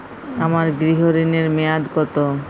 আমার গৃহ ঋণের মেয়াদ কত?